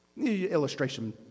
Illustration